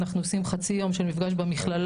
אנחנו עושים חצי יום של מפגש במכללה,